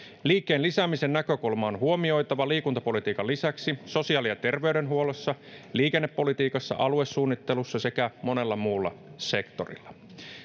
liikkeen lisäämisen näkökulma on huomioitava liikuntapolitiikan lisäksi sosiaali ja terveydenhuollossa liikennepolitiikassa aluesuunnittelussa sekä monella muulla sektorilla